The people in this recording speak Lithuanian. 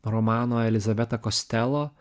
romano elizabeta kostelo